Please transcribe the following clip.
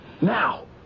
Now